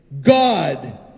God